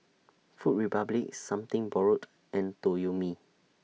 Food Republic Something Borrowed and Toyomi